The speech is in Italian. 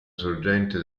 sorgente